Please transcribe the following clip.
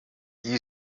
you